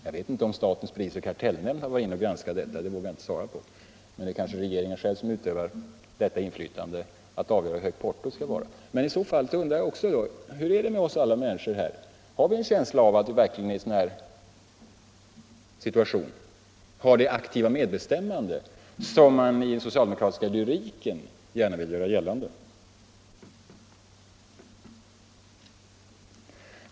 Jag vet inte om statens prisoch kartellnämnd har granskat detta, det vågar jag inte svara på, men det kanske är regeringen själv som utövar inflytande över hur högt portot skall vara. I så fall undrar jag också: Hur är det med oss alla människor här, har vi en känsla av att i en sådan här situation ha det aktiva medbestämmande, som man i den socialdemokratiska lyriken gärna vill göra gällande?